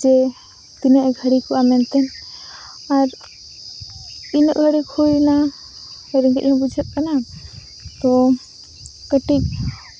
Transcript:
ᱡᱮ ᱛᱤᱱᱟᱹᱜᱼᱮ ᱜᱷᱟᱹᱲᱤᱠᱚᱜᱼᱟ ᱢᱮᱱᱛᱮ ᱟᱨ ᱤᱱᱟᱹᱜ ᱜᱷᱟᱹᱲᱤᱠ ᱦᱩᱭᱮᱱᱟ ᱨᱮᱸᱜᱮᱡ ᱦᱚᱸ ᱵᱩᱡᱷᱟᱹᱜ ᱠᱟᱱᱟ ᱛᱚ ᱠᱟᱹᱴᱤᱡ